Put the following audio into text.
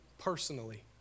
Personally